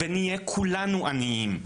ונהיה כולנו עניים.